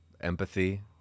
empathy